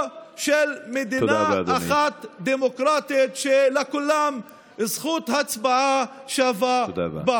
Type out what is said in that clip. או של מדינה אחת דמוקרטית שבה לכולם זכות הצבעה שווה.